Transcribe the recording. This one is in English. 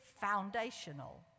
foundational